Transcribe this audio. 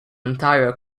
ontario